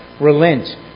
Relent